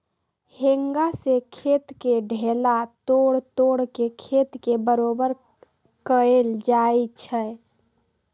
हेंगा से खेत के ढेला तोड़ तोड़ के खेत के बरोबर कएल जाए छै